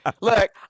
Look